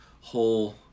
whole